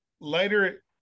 later